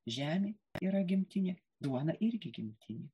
žemė yra gimtinė duona irgi gimtinė